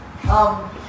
come